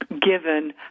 given